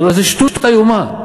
הלוא זו שטות איומה.